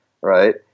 right